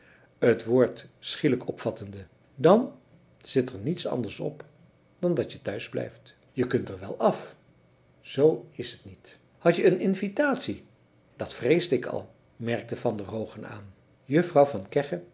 het woord schielijk opvattende dan zit er niets anders op dan dat je thuisblijft je kunt er wel af z is het niet hadje een invitatie dat vreesde ik al merkte van der hoogen aan juffrouw van